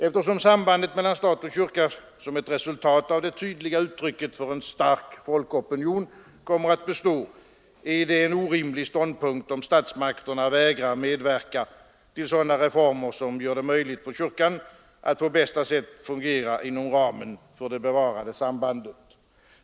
Eftersom sambandet mellan stat och kyrka, som ett resultat av det tydliga uttrycket för en stark folkopinion, kommer att bestå, är det en orimlig ståndpunkt om statsmakterna vägrar medverka till sådana reformer som gör det möjligt för kyrkan att på bästa sätt fungera inom ramen för det bevarade sambandet.